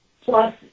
Plus